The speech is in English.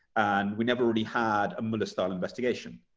and we never really had a mueller-style investigation.